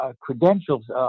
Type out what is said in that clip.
credentials